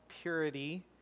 Purity